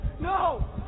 No